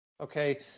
Okay